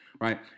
right